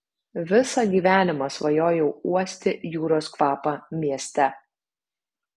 visą gyvenimą svajojau uosti jūros kvapą mieste